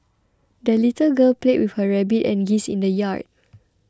the little girl played with her rabbit and geese in the yard